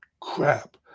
crap